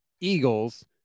Eagles